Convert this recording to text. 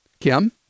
Kim